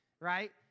right